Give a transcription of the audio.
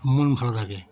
মন ভালো লাগে